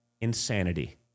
insanity